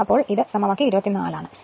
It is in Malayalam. അതിനാൽ ഇത് സമവാക്യം 24 ആണ്